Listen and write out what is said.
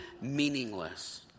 meaningless